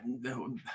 no